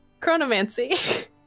Chronomancy